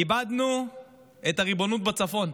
איבדנו את הריבונות בצפון,